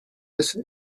des